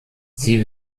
sie